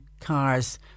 cars